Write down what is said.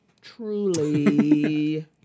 Truly